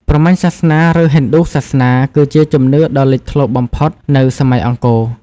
ព្រហ្មញ្ញសាសនា ឬហិណ្ឌូសាសនា គឺជាជំនឿដ៏លេចធ្លោបំផុតនៅសម័យអង្គរ។